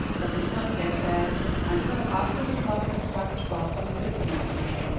but did not get there until after the clock had struck twelve on christmas eve.